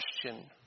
question